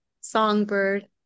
songbird